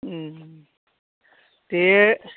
दे